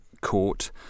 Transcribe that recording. court